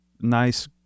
nice